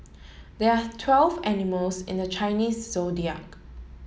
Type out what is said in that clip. there are twelve animals in the Chinese Zodiac